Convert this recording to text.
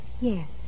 Yes